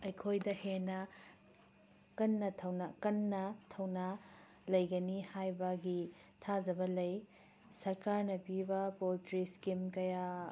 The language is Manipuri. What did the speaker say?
ꯑꯩꯈꯣꯏꯗ ꯍꯦꯟꯅ ꯀꯟꯅ ꯀꯟꯅ ꯊꯧꯅꯥ ꯂꯩꯒꯅꯤ ꯍꯥꯏꯕꯒꯤ ꯊꯥꯖꯕ ꯂꯩ ꯁꯔꯀꯥꯔꯅ ꯄꯤꯕ ꯄꯣꯜꯇ꯭ꯔꯤ ꯏꯁꯀꯤꯝ ꯀꯌꯥ